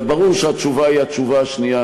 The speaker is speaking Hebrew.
ברור שהתשובה היא התשובה השנייה,